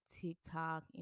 TikTok